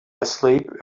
asleep